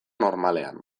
normalean